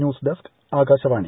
news desk Akashvani